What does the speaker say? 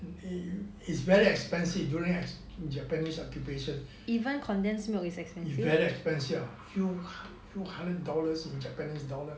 it is very expensive during the japanese occupation even condensed milk very expensive is like few few hundred dollars in japanese dollars